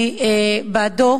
אני בעדו.